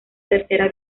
tercera